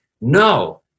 No